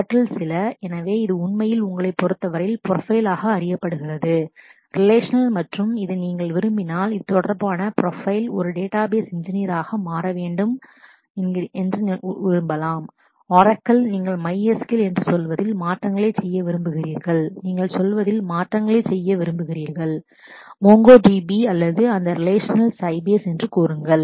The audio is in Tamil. அவற்றில் சில எனவே இது உண்மையில் உங்களைப் பொறுத்தவரை ப்ரொபைல் ஆக அறியப்படுகிறது ரிலேஷாநல் மற்றும் இது நீங்கள் விரும்பினால் இது தொடர்பான ப்ரொபைல் ஒரு டேட்டாபேஸ் இன்ஜினியர் engineer ஆக மாற வேண்டும் ஆரக்கிள் Oracle நீங்கள் MySQL என்று சொல்வதில் மாற்றங்களைச் செய்ய விரும்புகிறீர்கள் நீங்கள் சொல்வதில் மாற்றங்களைச் செய்ய விரும்புகிறீர்கள் மோங்கோடிபி MongoDB அல்லது அந்த ரிலேஷநல் சைபஸ் Sybase என்று கூறுங்கள்